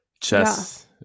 chess